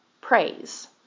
praise